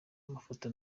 amafoto